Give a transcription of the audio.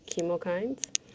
chemokines